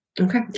Okay